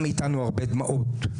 מאיתנו הרבה דמעות.